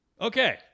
Okay